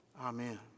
Amen